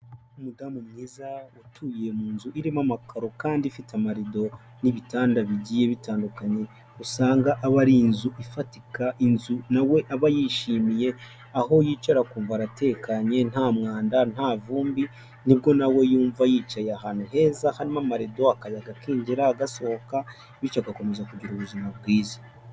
Umudamu mwiza watuye mu nzu irimo amakaro kandi ifite amarido n'ibitanda bigiye bitandukanye usanga aba ari inzu ifatika inzu nawe aba yishimiye aho yicara akumva aratekanye nta mwanda ntavumbi nibwo nawe yumva yicaye ahantu heza harimo marido akayaga kinjira gasohoka bityo agakomeza kugira ubuzima bwiza.